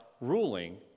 ruling